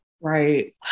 Right